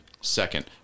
second